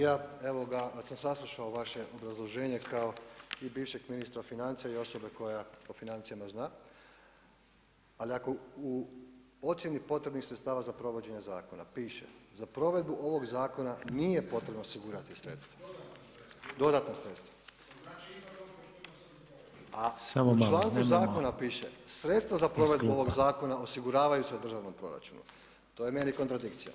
Ja evo ga, sam saslušao vaše obrazloženje kao i bivšeg ministra financija i osobe koja o financijama zna, ali ako u ocijeni potrebnih sredstava za provođenje zakona piše, za provedbu ovog zakona nije potrebno osigurati sredstva, dodatna sredstva, a u članku zakona piše sredstva za provedbu ovog zakona osiguravaju se u državnom proračunu, to je meni kontradikcija.